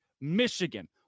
Michigan